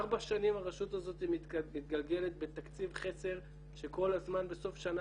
ארבע שנים הרשות הזאת מתגלגלת בתקציב חסר שכל הזמן בסוף שנה